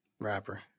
rapper